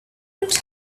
not